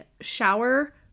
shower